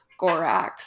Gorax